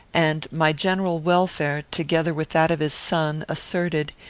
and my general welfare, together with that of his son, asserted,